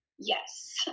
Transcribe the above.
Yes